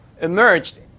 emerged